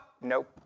nope